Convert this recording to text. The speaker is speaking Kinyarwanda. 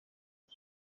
uru